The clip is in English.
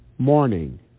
Morning